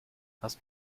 hast